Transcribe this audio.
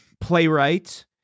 playwright